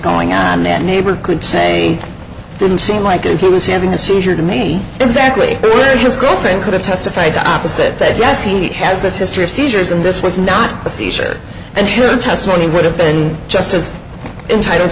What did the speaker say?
going on that neighbor could say didn't seem like it was having a seizure to me exactly where his girlfriend could have testified opposite that yes he has this history of seizures and this was not a seizure and her testimony would have been just as intitled